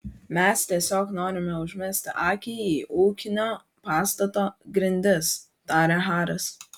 mes tiesiog norime užmesti akį į ūkinio pastato grindis tarė haris